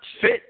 fit